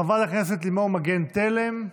חברת הכנסת לימור מגן תלם,